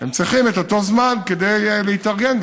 הם צריכים את אותו זמן כדי להתארגן,